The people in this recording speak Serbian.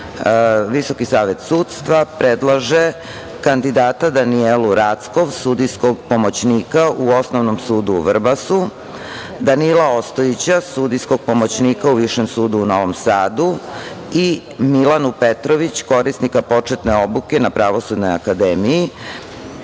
Vrbasu. Visoki savet sudstva predlaže kandidata Danijelu Rackov, sudijskog pomoćnika u Osnovnom sudu u Vrbasu, Danila Ostojića, sudijskog pomoćnika u Višem sudu u Novom Sadu i Milanu Petrović, korisnika početne obuke na Pravosudnoj akademiji.